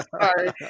sorry